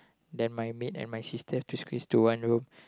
then my maid and my sister have to squeeze to one room